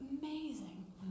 amazing